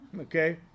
okay